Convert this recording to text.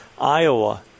Iowa